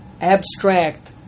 abstract